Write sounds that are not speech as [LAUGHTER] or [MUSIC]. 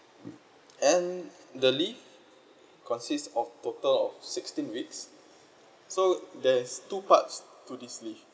[NOISE] and the leave consist of total of sixteen weeks so there's two parts to this leave